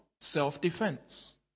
self-defense